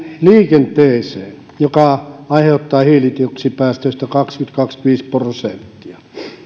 liikenteeseen joka aiheuttaa hiilidioksidipäästöistä kaksikymmentä viiva kaksikymmentäviisi prosenttia